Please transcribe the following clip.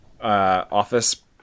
office